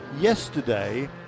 yesterday